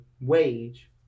wage